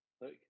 Look